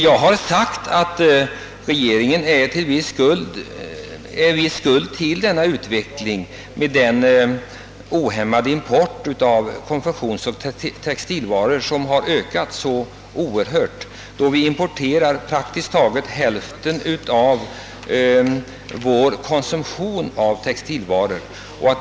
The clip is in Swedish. Jag har sagt att regeringen bär viss del av skulden till denna utveckling på grund av att den tillåtit denna ohämmade import av konfektionsoch textilvaror, en import som ökat oerhört — vi importerar nu praktiskt taget hälften av vår konsumtion av textilvaror.